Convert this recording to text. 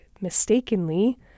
mistakenly